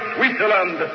Switzerland